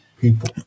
people